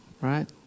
right